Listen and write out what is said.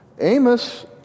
Amos